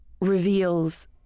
reveals